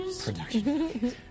production